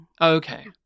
Okay